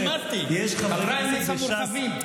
אני אמרתי, בפריימריז המורחבים.